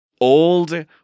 Old